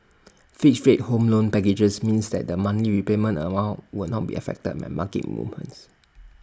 fixed fate home loan packages means that the monthly repayment amount will not be affected by market movements